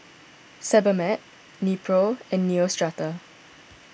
Sebamed Nepro and Neostrata